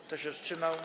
Kto się wstrzymał?